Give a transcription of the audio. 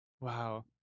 Wow